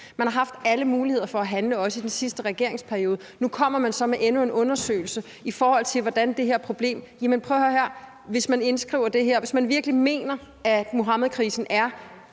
Man har haft alle muligheder for at handle, også i den sidste regeringsperiode, og nu kommer man så med endnu en undersøgelse i forhold til det her problem. Jamen prøv at høre her: Hvis man indskriver det her, og hvis man virkelig mener, at Muhammedkrisen er